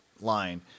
line